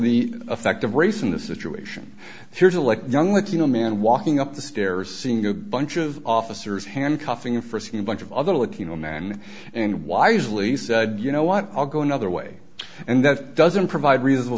the effect of race in the situation here's a like young latino man walking up the stairs seeing a bunch of officers handcuffing him for seeing a bunch of other latino men and wisely said you know what i'll go another way and that doesn't provide reasonable